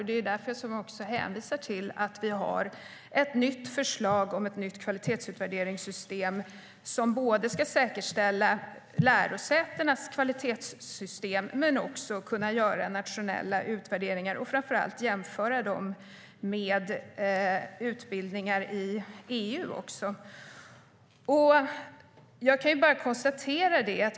Det är därför vi hänvisar till att vi har ett förslag om ett nytt kvalitetsutvärderingssystem som både ska säkerställa lärosätenas kvalitetssystem och göra det möjligt att göra nationella utvärderingar och framför allt jämföra dem med utbildningar i EU.